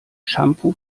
shampoo